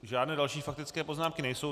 Žádné další faktické poznámky nejsou.